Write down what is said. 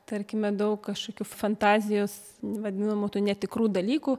tarkime daug kažkokių fantazijos vadinamų tų netikrų dalykų